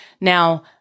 Now